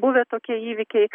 buvę tokie įvykiai